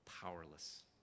powerless